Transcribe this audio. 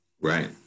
Right